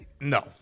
No